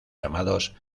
llamados